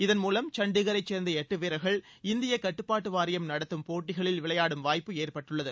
இதன் மூலம் சண்டிகளை சேர்ந்த எட்டு வீரர்கள் இந்திய கட்டுப்பாட்டு வாரியம் நடத்தும் போட்டிகளில் விளையாடும் வாய்ட்பு ஏற்பட்டுள்ளது